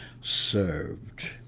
served